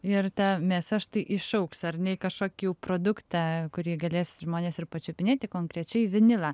ir ta mėsa štai išaugs ar ne į kažkokį jau produktą kurį galės žmonės ir pačiupinėti konkrečiai vinilą